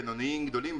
בינוניים וגדולים,